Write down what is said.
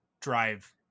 drive